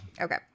Okay